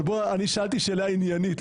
אבל אני שאלתי שאלה עניינית,